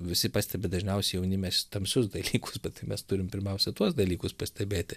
visi pastebi dažniausiai jaunimes tamsius dalykus bet tai mes turim pirmiausia tuos dalykus pastebėti